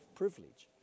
privilege